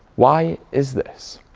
why is this?